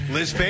Liz